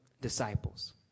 disciples